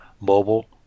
mobile